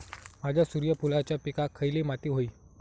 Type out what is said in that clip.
माझ्या सूर्यफुलाच्या पिकाक खयली माती व्हयी?